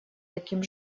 таким